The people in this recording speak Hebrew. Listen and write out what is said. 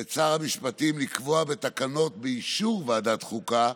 את שר המשפטים לקבוע בתקנות, באישור ועדת החוקה,